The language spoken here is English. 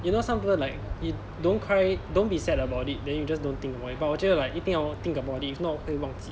you know some people like it don't cry don't be sad about it then you just don't think about it but 我觉得 like 一定要 think about it if not 可以忘记